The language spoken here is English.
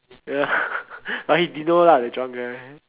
ya but he didn't know lah the drunk guy